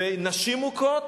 ונשים מוכות